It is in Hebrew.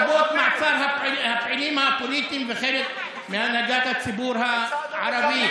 לרבות מעצר הפעילים הפוליטיים וחלק מהנהגת הציבור הערבי.